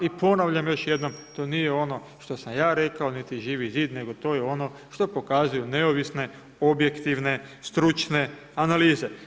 I ponavljam još jednom, to nije ono što sam ja rekao niti Živi zid, nego to je ono što pokazuju neovisne, objektivne, stručne analize.